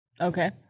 okay